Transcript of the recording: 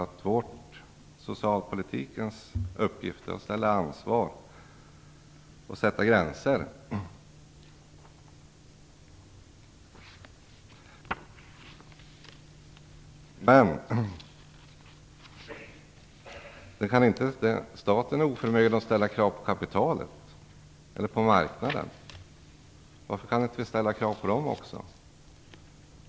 Han sade att socialpolitikens uppgift är att bestämma ansvaret och sätta gränser. Men staten är oförmögen att ställa krav på kapitalet eller på marknaden. Varför kan vi inte ställa krav också på dem?